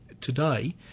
today